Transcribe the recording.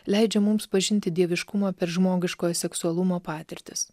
leidžia mums pažinti dieviškumą per žmogiškojo seksualumo patirtis